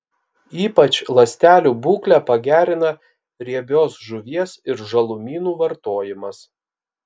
ypač ląstelių būklę pagerina riebios žuvies ir žalumynų vartojimas